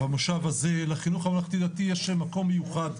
במושב הזה לחינוך הממלכתי-דתי יש מקום מיוחד.